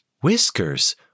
Whiskers